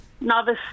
Novice